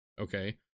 Okay